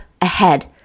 ahead